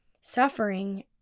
suffering